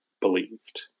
believed